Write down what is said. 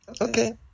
Okay